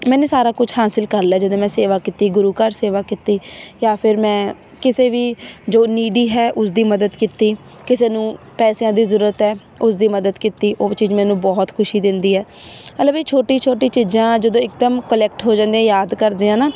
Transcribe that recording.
ਮੈਨੂੰ ਸਾਰਾ ਕੁਛ ਹਾਸਲ ਕਰ ਲਿਆ ਜਦੋਂ ਮੈਂ ਸੇਵਾ ਕੀਤੀ ਗੁਰੂ ਘਰ ਸੇਵਾ ਕੀਤੀ ਜਾਂ ਫਿਰ ਮੈਂ ਕਿਸੇ ਵੀ ਜੋ ਨੀਡੀ ਹੈ ਉਸਦੀ ਮਦਦ ਕੀਤੀ ਕਿਸੇ ਨੂੰ ਪੈਸਿਆਂ ਦੀ ਜ਼ਰੂਰਤ ਹੈ ਉਸ ਦੀ ਮਦਦ ਕੀਤੀ ਉਹ ਵੀ ਚੀਜ਼ ਮੈਨੂੰ ਬਹੁਤ ਖੁਸ਼ੀ ਦਿੰਦੀ ਹੈ ਮਤਲਬ ਇਹ ਛੋਟੀ ਛੋਟੀ ਚੀਜ਼ਾਂ ਜਦੋਂ ਇੱਕਦਮ ਕੁਲੈਕਟ ਹੋ ਜਾਂਦੀਆਂ ਯਾਦ ਕਰਦੇ ਹਾਂ ਨਾ